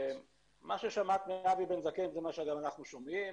עם המשמעויות השונות.